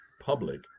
public